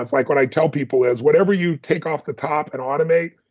like what i tell people is, whatever you take off the top and automate,